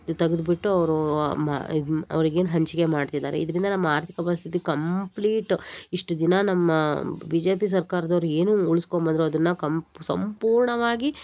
ತೆಗೆದ್ಬಿಟ್ಟು ಅವರು ಮಾ ಇದು ಅವ್ರಿಗೇನು ಹಂಚಿಗೆ ಮಾಡ್ತಿದ್ದಾರೆ ಇದರಿಂದ ನಮ್ಮ ಆರ್ಥಿಕ ಪರಿಸ್ಥಿತಿ ಕಂಪ್ಲೀಟು ಇಷ್ಟು ದಿನ ನಮ್ಮ ಬಿ ಜೆ ಪಿ ಸರ್ಕಾರದವ್ರು ಏನೂ ಉಳ್ಸ್ಕೊಂಡ್ಬಂದ್ರು ಅದನ್ನು ಕಮ್ ಸಂಪೂರ್ಣವಾಗಿ